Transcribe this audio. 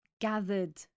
gathered